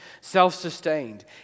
self-sustained